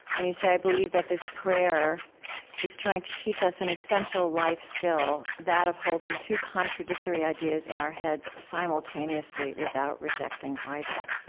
and you say i believe that this prayer is trying to teach us an essential life skill, that of holding two contradictory ideas in our heads simultaneously, without rejecting either.